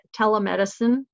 telemedicine